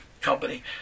company